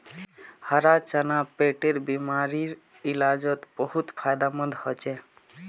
हरा चना पेटेर बिमारीर इलाजोत बहुत फायदामंद होचे